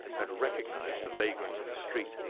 had recognized the vagrant in the street,